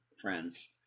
friends